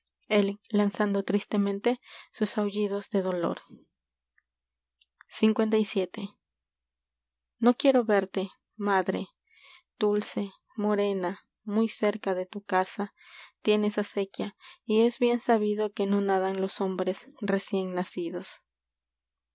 lanzando tristemente sus aullidos de dolor lvii idr i y muy o quiero verte madre dulce morena cerca de tu casa tienes y es acequia bien sabido nadan los hombres que no recién nacidos